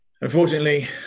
Unfortunately